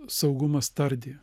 saugumas tardė